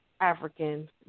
African